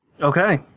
Okay